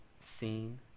seen